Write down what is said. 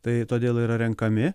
tai todėl yra renkami